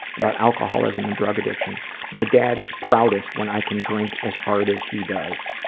about alcoholism and drug addiction my dad is proudest when i can drink as hard as he does.